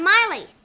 Miley